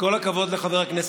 עולה בקנה